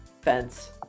fence